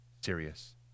serious